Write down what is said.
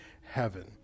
heaven